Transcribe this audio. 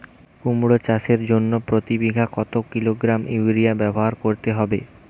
কুমড়ো চাষের জন্য প্রতি বিঘা কত কিলোগ্রাম ইউরিয়া ব্যবহার করতে হবে?